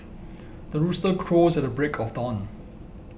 the rooster crows at the break of dawn